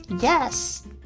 yes